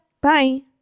Bye